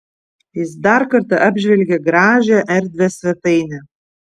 jis dar kartą apžvelgė gražią erdvią svetainę